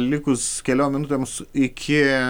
likus keliom minutėms iki